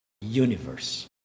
universe